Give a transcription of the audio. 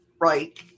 Right